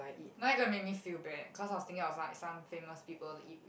now you gonna make me feel bad cause I was thinking of like some famous people to eat with